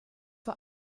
vor